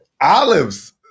Olives